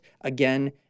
again